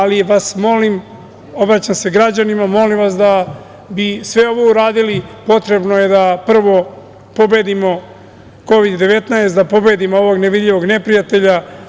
Molim vas, obraćam se građanima, molim vas da bi sve ovo uradili potrebno je da prvo pobedimo Kovid-19, da pobedimo ovog nevidljivog neprijatelja.